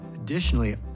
Additionally